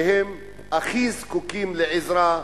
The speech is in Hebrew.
שהם הכי זקוקים לעזרה,